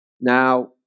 Now